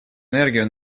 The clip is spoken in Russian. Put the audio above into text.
энергию